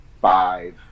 five